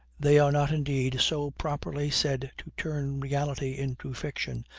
they are not, indeed, so properly said to turn reality into fiction,